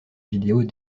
vidéos